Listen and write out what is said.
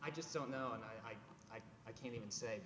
i just don't know i i i can't even say